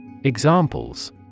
Examples